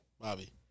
Bobby